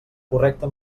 correcte